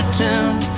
tune